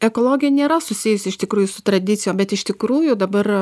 ekologija nėra susijus iš tikrųjų su tradicijom bet iš tikrųjų dabar